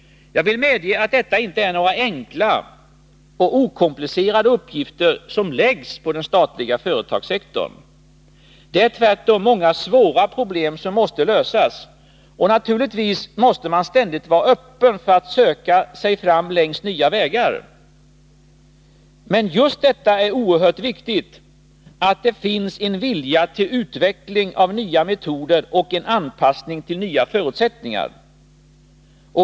Jag vill medge att detta inte är några enkla och okomplicerade uppgifter, som läggs på den statliga företagssektorn. Det är tvärtom många svåra problem som måste lösas, och naturligtvis måste man ständigt vara öppen för att söka sig fram längs nya vägar. Men just detta är oerhört viktigt: att det finns en vilja till utveckling av nya metoder och en anpassning till nya förutsättningar.